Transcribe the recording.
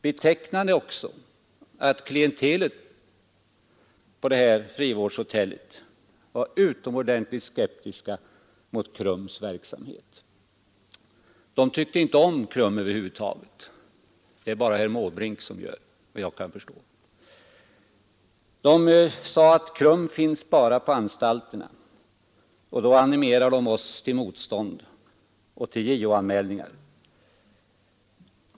Betecknande är också att de som bodde på det här frivårdshotellet var utomordentligt skeptiska mot KRUM:s verksamhet. De tyckte inte om KRUM över huvud taget — det är bara herr Måbrink som gör det, efter vad jag kan förstå. De sade att KRUM arbetar bara på anstalterna och animerar till motstånd och JO-anmälningar.